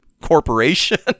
corporation